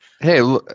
Hey